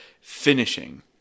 finishing